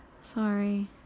Sorry